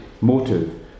motive